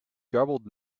garbled